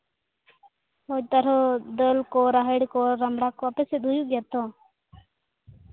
ᱦᱳᱭᱛᱚ ᱟᱨᱚ ᱫᱟᱹᱞ ᱠᱚ ᱨᱟᱦᱮᱲ ᱠᱚ ᱨᱟᱢᱲᱟ ᱠᱚ ᱟᱯᱮᱥᱮᱫ ᱫᱚ ᱦᱩᱭᱩᱜ ᱜᱮᱭᱟ ᱛᱚ